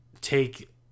take